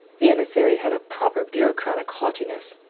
the emissary had a proper bureaucratic haughtiness.